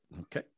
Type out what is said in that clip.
Okay